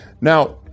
now